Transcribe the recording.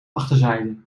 achterzijde